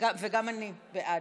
וגם אני בעד.